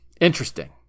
Interesting